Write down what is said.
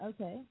Okay